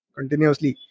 Continuously